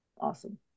Awesome